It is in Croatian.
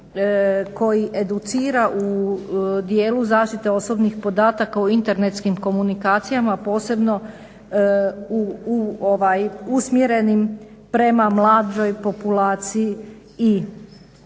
koji educira u dijelu zaštite osobnih podataka o internetskim komunikacijama posebno usmjerenim prema mlađoj populaciji i djeci